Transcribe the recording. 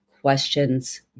questions